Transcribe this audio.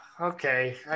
okay